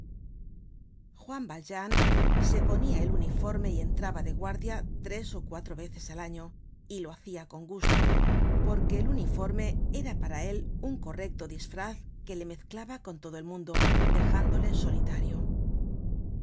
juan valjean se ponia el uniforme y entraba de guardia tres ó cuatro veces al año y lo hacia con gusto porque el uniforme era para él un correcto disfraz que le mezclaba con todo el mundo dejándole solitario